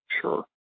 Sure